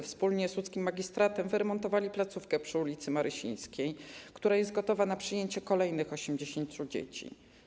Wspólnie z łódzkim magistratem wyremontowali placówkę przy ul. Marysińskiej, która jest gotowa na przyjęcie kolejnych 80 dzieci.